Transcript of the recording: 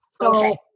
Okay